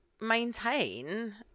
maintain